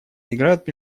играют